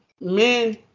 Men